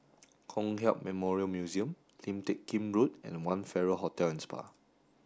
Kong Hiap Memorial Museum Lim Teck Kim Road and One Farrer Hotel and Spa